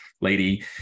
lady